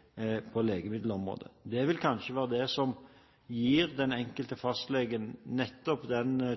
på ulike områder, ikke minst på legemiddelområdet. Det som kanskje vil gi den enkelte fastlege nettopp